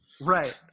Right